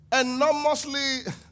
enormously